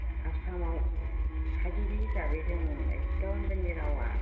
आसामाव थागिबि हिसाबै जों एखदम जोंनि रावआ